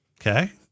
Okay